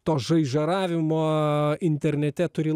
to žaižaravimo internete turi